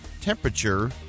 temperature